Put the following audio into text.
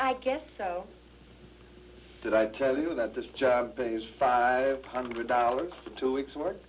i guess so did i tell you that this job pays five hundred dollars for two weeks work